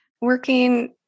working